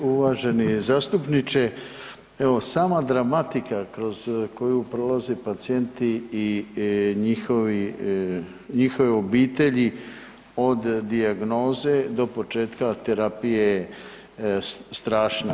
Uvaženi zastupniče, evo sama dramatika kroz koju prolazi pacijenti i njihovi, njihove obitelji od dijagnoze do početka terapije je strašna.